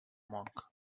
monk